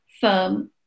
firm